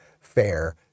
fair